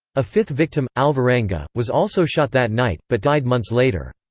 a fifth victim, alvarenga, was also shot that night, but died months later.